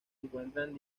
encuentran